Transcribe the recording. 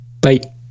bye